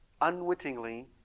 unwittingly